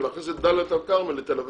ולהכניס את דלית אל-כרמל לתל אביב.